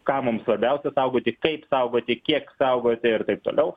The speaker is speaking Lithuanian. ką mums labiausia saugoti kaip saugoti kiek saugoti ir taip toliau